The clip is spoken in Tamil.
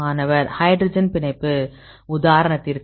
மாணவர் ஹைட்ரஜன் பிணைப்பு உதாரணத்திற்கு